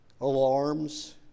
alarms